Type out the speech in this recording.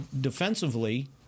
defensively